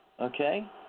okay